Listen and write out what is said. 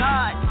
God